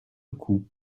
coups